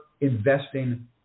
investing